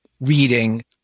reading